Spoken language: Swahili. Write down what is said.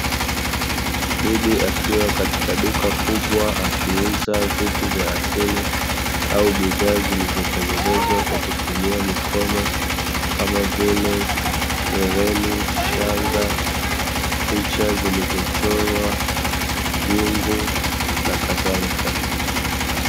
Bibi akiwa katika duka kubwa akiuza vitu vya asili au bidhaa zilizotengenezwa kwakutumia mikono kama vile; hereni, shanga, picha zilizochorwa vyungu nakadhalika.